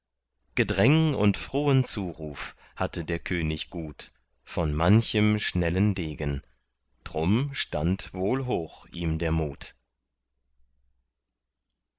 gedräng und frohen zuruf hatte der könig gut von manchem schnellen degen drum stand wohl hoch ihm der mut